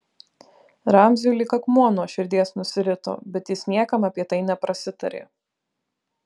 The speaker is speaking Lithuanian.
ramziui lyg akmuo nuo širdies nusirito bet jis niekam apie tai neprasitarė